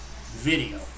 video